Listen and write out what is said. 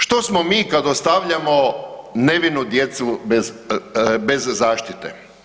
Što smo mi kad ostavljamo nevinu djecu bez zaštite?